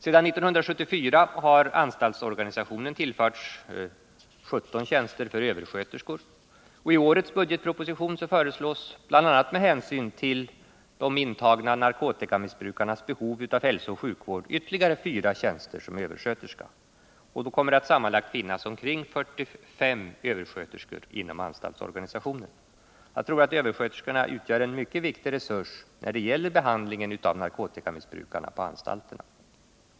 Sedan 1974 har anstaltsorganisationen tillförts 17 tjänster för översköterskor, och i årets budgetproposition föreslås bl.a. med hänsyn till de intagna narkotikamissbrukarnas behov av hälsooch sjukvård ytterligare fyra tjänster som översköterska, och då kommer det sammanlagt att finnas omkring 45 översköterskor inom anstaltsorganisationen. Jag tror att översköterskorna utgör en mycket viktig resurs när det gäller behandlingen av narkotikamissbrukarna på anstalterna.